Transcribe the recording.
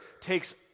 takes